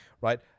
right